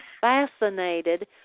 fascinated